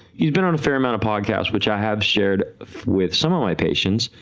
he's been on a fair amount of podcasts which i have shared with some of my patients,